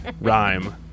rhyme